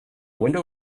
window